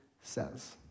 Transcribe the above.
says